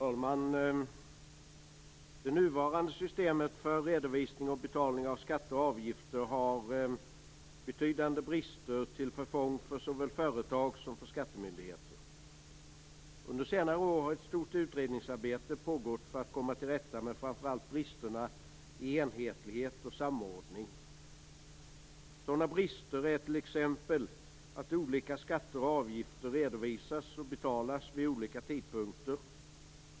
Fru talman! Det nuvarande systemet för redovisning och betalning av skatter och avgifter har betydande brister till förfång för såväl företag som skattemyndigheter. Under senare år har ett stort utredningsarbete pågått för att komma till rätta med framför allt bristerna i enhetlighet och samordning. Sådana brister är t.ex. att olika skatter och avgifter redovisas och betalas vid olika tidpunkter.